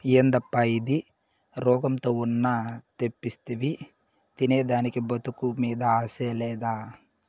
యేదప్పా ఇది, రోగంతో ఉన్న తెప్పిస్తివి తినేదానికి బతుకు మీద ఆశ లేదా